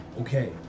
Okay